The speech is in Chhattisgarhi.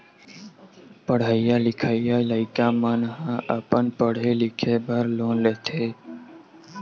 पड़हइया लिखइया लइका मन ह अपन पड़हे लिखे बर लोन लेथे